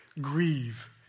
grieve